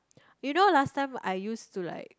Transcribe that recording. you know last time I use to like